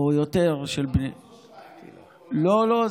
או יותר, של בנייה, 1% או 2% לא, לא.